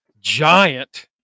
giant